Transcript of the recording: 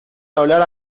hablar